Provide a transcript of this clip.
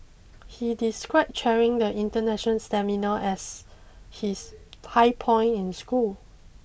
he described chairing the international seminar as his high point in school